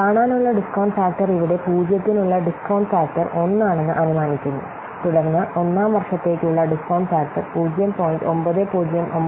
കാണാനുള്ള discount factor ഇവിടെ 0 ത്തിനുള്ള ഡിസ്കൌണ്ട് ഫാക്ടർ 1 ആണെന്ന് അനുമാനിക്കുന്നു തുടർന്ന് ഒന്നാം വർഷത്തേക്കുള്ള ഡിസ്കൌണ്ട് ഫാക്ടർ 0